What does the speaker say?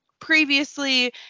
Previously